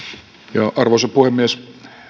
arvoisa puhemies